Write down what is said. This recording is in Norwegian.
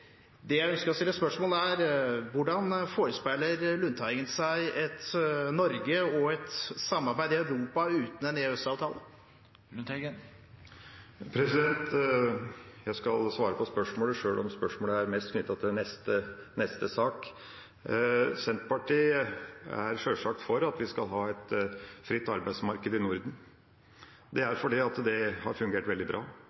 Det jeg ønsker å stille spørsmål om, er: Hvordan forestiller Lundteigen seg et Norge og et samarbeid i Europa uten en EØS-avtale? Jeg skal svare på spørsmålet, sjøl om spørsmålet er mest knyttet til neste sak. Senterpartiet er sjølsagt for at vi skal ha et fritt arbeidsmarked i Norden. Det er fordi det har fungert veldig bra.